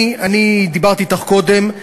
דיברתי אתך קודם,